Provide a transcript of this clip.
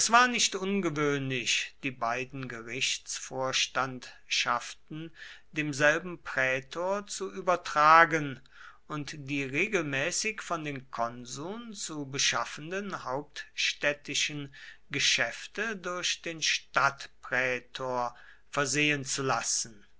war nicht ungewöhnlich die beiden gerichtsvorstandschaften demselben prätor zu übertragen und die regelmäßig von den konsuln zu beschaffenden hauptstädtischen geschäfte durch den stadtprätor versehen zu lassen